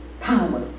power